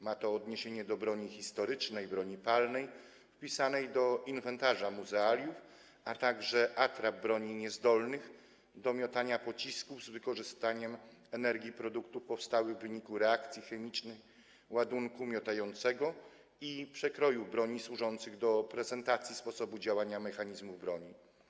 Ma to odniesienie do broni historycznej, broni palnej wpisanej do inwentarza muzealiów, a także atrap broni niezdolnych do miotania pocisków z wykorzystaniem energii produktów powstałych w wyniku reakcji chemicznej ładunku miotającego i przekroju broni służących do prezentacji sposobu działania mechanizmów broni.